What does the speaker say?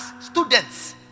students